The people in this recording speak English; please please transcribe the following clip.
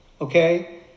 Okay